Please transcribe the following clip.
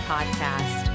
Podcast